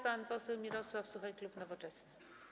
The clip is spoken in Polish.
Pan poseł Mirosław Suchoń, klub Nowoczesna.